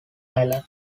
ireland